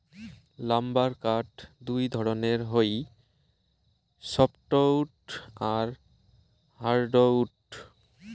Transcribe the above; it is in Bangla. লাম্বার কাঠ দুই ধরণের হই সফ্টউড আর হার্ডউড